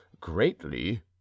greatly